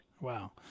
Wow